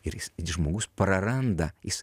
ir jis žmogus praranda jis